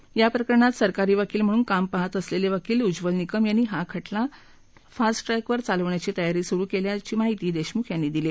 तर या प्रकरणात सरकारी वकील म्हणून काम पहात असलेले वकील उज्वल निकम यांनी हा खाला फास्त्रक्विर चालविण्याची तयारी सुरु केली असल्याची माहितीही देशमुख यांनी दिली